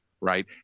right